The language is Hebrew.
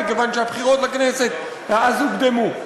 מכיוון שהבחירות לכנסת אז הוקדמו.